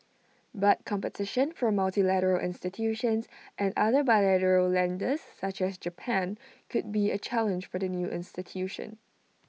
but competition from multilateral institutions and other bilateral lenders such as Japan could be A challenge for the new institution